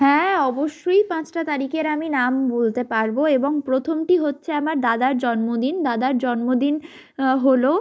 হ্যাঁ অবশ্যই পাঁচটা তারিখের আমি নাম বলতে পারবো এবং প্রথমটি হচ্ছে আমার দাদার জন্মদিন দাদার জন্মদিন হলো